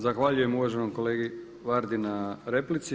Zahvaljujem uvaženom kolegi Vardi na replici.